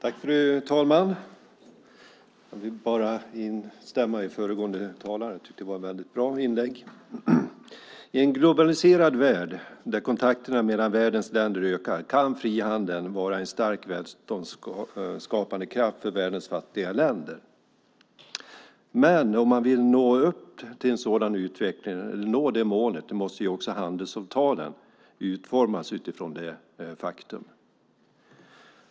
Fru talman! Jag vill instämma med föregående talare. Jag tyckte att det var ett mycket bra inlägg. I en globaliserad värld där kontakterna mellan världens länder ökar kan frihandeln vara en stark välståndsskapande kraft för världens fattiga länder. Men om man vill nå upp till det målet och få en sådan utveckling måste också handelsavtalen utformas utifrån detta faktum.